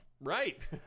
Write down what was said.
Right